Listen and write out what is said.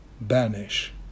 banish